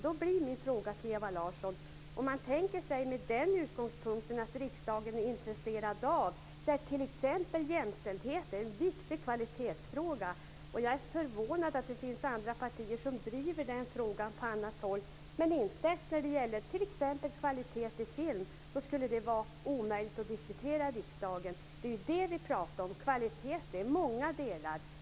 Då blir min fråga till Ewa Larsson: Om man tänker sig att ha den utgångspunkten, alltså att riksdagen är intresserad av, är inte då t.ex. jämställdhet en viktig kvalitetsfråga? Jag är förvånad över att det finns partier som driver den frågan på annat håll men inte t.ex. när det gäller kvalitet i film. Det skulle vara omöjligt att diskutera i riksdagen. Det är ju det vi pratar om. Kvalitet är många delar.